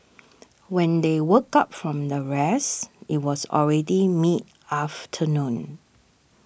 when they woke up from the rest it was already mid afternoon